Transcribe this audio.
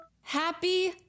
Happy